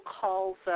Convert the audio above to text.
calls